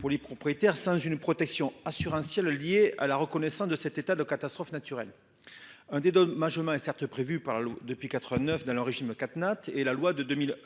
pour les propriétaires singe une protection assurantielle lié à la reconnaissance de cet état de catastrophe naturelle. Un dédommagement est certes prévue par depuis 89 dans leur régime Catnat et la loi de 2000.